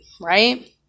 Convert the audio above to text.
right